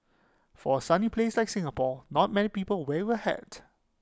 for A sunny place like Singapore not many people wear A hat